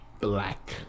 Black